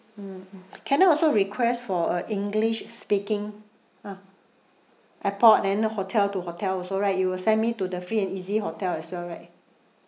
mmhmm can also request for a english speaking ah airport then hotel to hotel also right you will send me to the free and easy hotel as well right